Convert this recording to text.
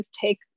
take